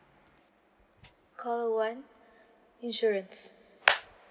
call one insurance